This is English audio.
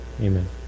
Amen